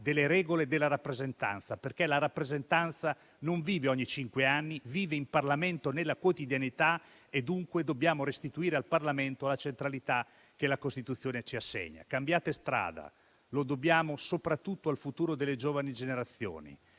delle regole della rappresentanza, perché la rappresentanza non vive ogni cinque anni, vive in Parlamento nella quotidianità e dunque dobbiamo restituire al Parlamento la centralità che la Costituzione gli assegna. Cambiate strada, lo dobbiamo soprattutto al futuro delle giovani generazioni.